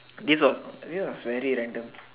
this was this was very random